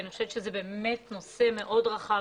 אני חושבת שזה באמת נושא מאוד רחב,